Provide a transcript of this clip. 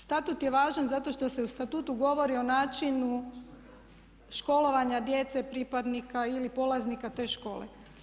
Statut je važan zato što se u statutu govori o načinu školovanja djece pripadnika ili polaznika te škole.